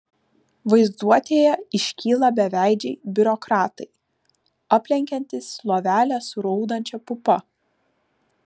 vaizduotėje iškyla beveidžiai biurokratai aplenkiantys lovelę su raudančia pupa